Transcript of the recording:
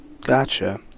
Gotcha